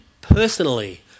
personally